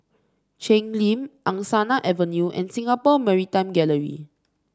Cheng Lim Angsana Avenue and Singapore Maritime Gallery